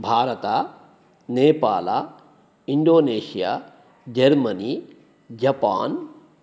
भारतं Nepal Indonesia Germany Japan